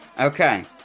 Okay